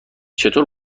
چطور